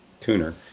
tuner